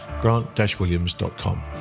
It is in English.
grant-williams.com